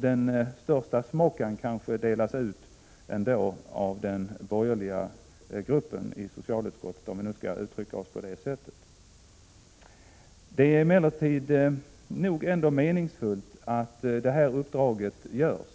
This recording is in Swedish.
Den största smockan kanske ändå delas ut av den borgerliga gruppen i socialutskottet, om jag nu får uttrycka mig så. Det är nog meningsfullt att detta uppdrag utförs.